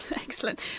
Excellent